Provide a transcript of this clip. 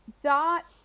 Dot